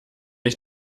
ich